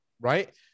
right